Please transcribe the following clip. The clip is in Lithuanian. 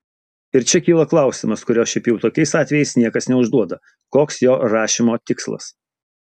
ir čia kyla klausimas kurio šiaip jau tokiais atvejais niekas neužduoda koks jo rašymo tikslas